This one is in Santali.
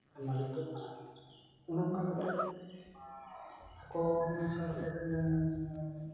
ᱚᱱᱮ ᱚᱱᱠᱟ ᱠᱟᱛᱮ ᱟᱠᱚ ᱚᱱᱮ ᱚᱱᱠᱟ ᱠᱟᱛᱮ